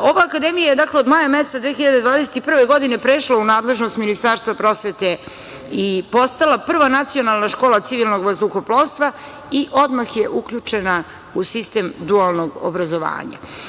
Ova akademija je, dakle, od maja meseca 2021. godine prešla u nadležnost Ministarstva prosvete i postala prva nacionalna škola civilnog vazduhoplovstva i odmah je uključena u sistem dualnog obrazovanja. Iz